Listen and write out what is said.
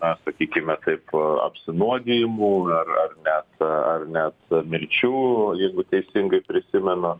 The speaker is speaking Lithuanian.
na sakykime taip apsinuodijimų ar ar net ar net mirčių jeigu teisingai prisimenu